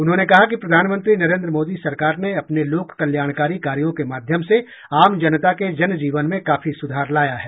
उन्होंने कहा कि प्रधानमंत्री नरेंद्र मोदी सरकार ने अपने लोककल्याणकारी कार्यों के माध्यम से आम जनता के जनजीवन में काफी सुधार लाया है